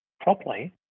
properly